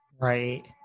right